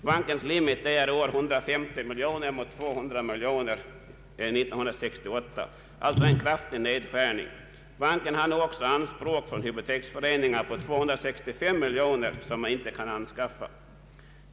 Bankens limit är i år 150 miljoner mot exempelvis 200 miljoner 1968, alltså en kraftig nedskärning. Banken har nu också anspråk från hypoteksföreningar på 265 miljoner, som man inte kan anskaffa.